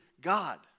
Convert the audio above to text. god